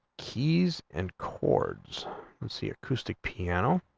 keys and chords and see acoustic piano